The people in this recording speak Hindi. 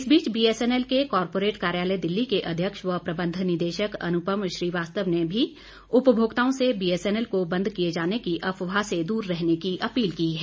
इस बीच बीएसएनएल के कॉरपोरेट कार्यालय दिल्ली के अध्यक्ष व प्रबंध निदेशक अनुपम श्रीवास्तव ने भी उपभोक्ताओं से बीएसएनएल को बंद किए जाने की अफवाह से दूर रहने की अपील की है